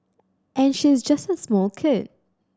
and she's just a small kid